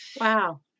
Wow